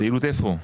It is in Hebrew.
פעילות איפה?